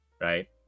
Right